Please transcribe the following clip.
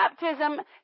baptism